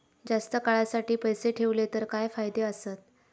जास्त काळासाठी पैसे ठेवले तर काय फायदे आसत?